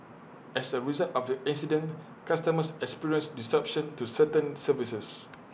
as A result of the incident customers experienced disruption to certain services